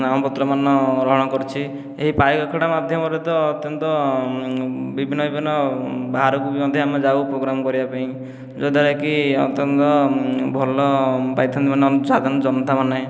ନାମପତ୍ର ମାନ ଗ୍ରହଣ କରିଛି ଏହି ପାଇକ ଆଖଡ଼ା ମାଧ୍ୟମରେ ତ ଅତ୍ୟନ୍ତ ବିଭିନ୍ନ ବିଭିନ୍ନ ବାହାରକୁ ବି ମଧ୍ୟ ଆମେ ଯାଉ ପ୍ରୋଗ୍ରାମ କରିବା ପାଇଁ ଯଦ୍ଵାରାକି ଅତ୍ୟନ୍ତ ଭଲ ପାଇଥାନ୍ତି ସାଧାରଣ ଜନତା ମାନେ